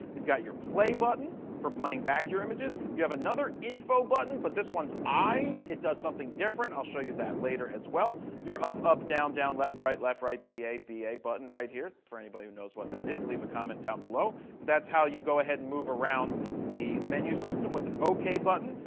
you've got your play button for playing back your images. you have another info button, but this one is i. it does something different. i'll show you that later as well. you're up, up, down, down, left right, left right, b a b a button right here for anybody who knows what that is. leave a comment down below. but that's how you go ahead and move around the menu system with an ok button.